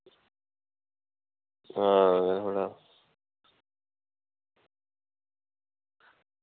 आं आं